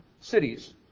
cities